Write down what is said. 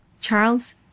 Charles